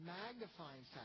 magnifying